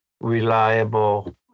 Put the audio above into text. reliable